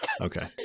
Okay